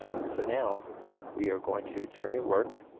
so now we are going to turn your work